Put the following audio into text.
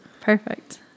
Perfect